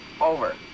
Over